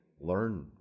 learn